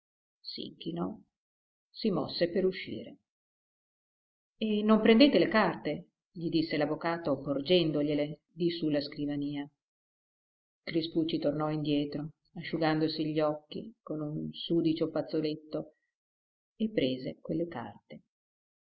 scontroso s'inchinò si mosse per uscire e non prendete le carte gli disse l'avvocato porgendogliele di su la scrivania crispucci tornò indietro asciugandosi gli occhi con un sudicio fazzoletto e prese quelle carte